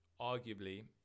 arguably